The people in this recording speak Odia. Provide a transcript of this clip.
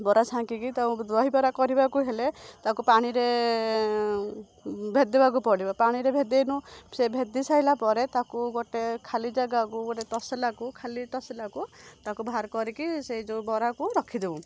ବରା ଛାଙ୍କିକି ତାକୁ ଦହିବରା କରିବାକୁ ହେଲେ ତାକୁ ପାଣିରେ ଭେଦାଇବାକୁ ପଡ଼ିବ ପାଣିରେ ଭେଦାଇବୁ ସେ ଭେଦି ସାରିଲା ପରେ ତାକୁ ଗୋଟେ ଖାଲି ଜାଗାକୁ ଗୋଟେ ତସଲାକୁ ଖାଲି ତସଲାକୁ ତାକୁ ବାହାର କରିକି ସେଇ ଯେଉଁ ବରାକୁ ରଖିଦେଉ